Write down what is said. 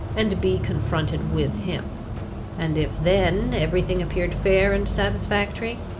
and be confronted with him and if then every thing appeared fair and satisfactory,